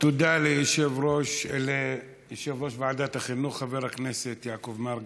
תודה ליושב-ראש ועדת החינוך חבר הכנסת יעקב מרגי.